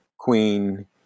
Queen